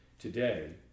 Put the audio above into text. today